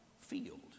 field